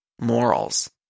morals